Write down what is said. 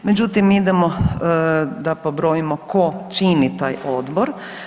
Međutim, idemo da pobrojimo ko čini taj odbor.